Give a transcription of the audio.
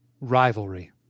rivalry